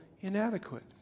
inadequate